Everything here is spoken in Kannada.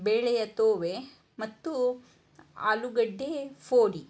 ಬೇಳೆಯ ತೋವೆ ಮತ್ತು ಆಲೂಗಡ್ಡೆ ಫೋಡಿ